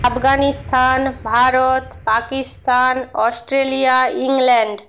Afghanistan Bharat Pakistan Australia England